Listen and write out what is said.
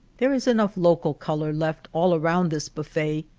there is enough local color left all around this buffet,